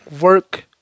work